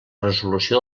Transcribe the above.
resolució